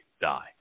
die